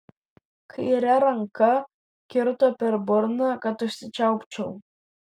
kaire ranka kirto per burną kad užsičiaupčiau